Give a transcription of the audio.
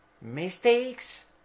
Mistakes